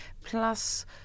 Plus